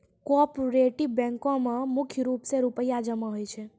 cooperative बैंको म मुख्य रूप से रूपया जमा होय छै